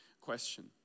question